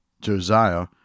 Josiah